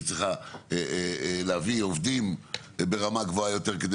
היא צריכה להביא עובדים ברמה גבוהה יותר כדי